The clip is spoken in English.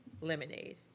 lemonade